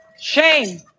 Shame